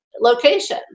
location